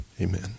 Amen